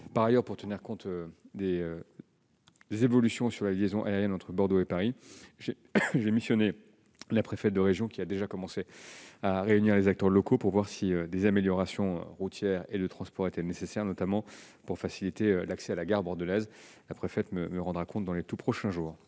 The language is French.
Par ailleurs, pour tenir compte des évolutions sur la liaison aérienne Orly-Bordeaux, j'ai missionné Mme la préfète de région, qui a déjà commencé à réunir les acteurs locaux, pour voir si des améliorations routières ou de transports en commun étaient nécessaires, notamment pour faciliter l'accès à la gare bordelaise. Elle me rendra compte dans les prochains jours.